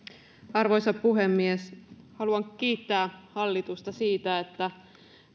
arvoisa puhemies haluan kiittää hallitusta siitä että